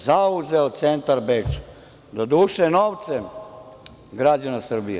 Zauzeo je centar Beča, doduše novcem građana Srbije.